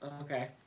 Okay